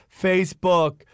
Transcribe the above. Facebook